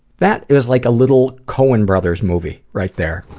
that is like a little cohen brothers movie right there.